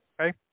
Okay